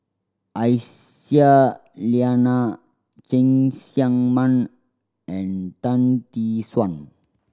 Aisyah Lyana Cheng Tsang Man and Tan Tee Suan